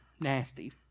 Nasty